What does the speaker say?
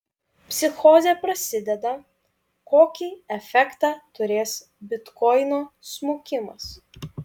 psichozė prasideda kokį efektą turės bitkoino smukimas